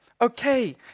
okay